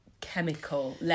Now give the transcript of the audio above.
chemical